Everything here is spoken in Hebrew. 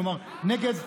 כלומר נגד מדינה,